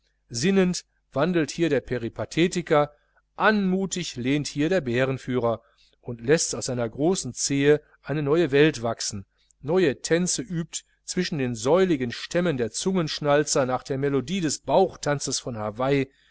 sinnend wandelt hier der peripathetiker anmutig lehnt hier der bärenführer und läßt aus seiner großen zehe eine neue welt wachsen neue tänze übt zwischen den säuligen stämmen der zungenschnalzer nach der melodie des bauchtanzes von hawai